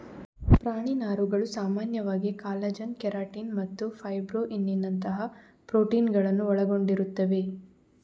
ಪ್ರಾಣಿ ನಾರುಗಳು ಸಾಮಾನ್ಯವಾಗಿ ಕಾಲಜನ್, ಕೆರಾಟಿನ್ ಮತ್ತು ಫೈಬ್ರೊಯಿನ್ನಿನಂತಹ ಪ್ರೋಟೀನುಗಳನ್ನು ಒಳಗೊಂಡಿರುತ್ತವೆ